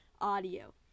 audio